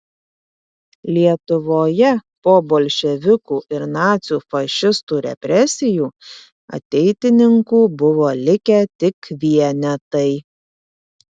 lietuvoje po bolševikų ir nacių fašistų represijų ateitininkų buvo likę tik vienetai